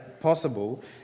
possible